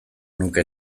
nuke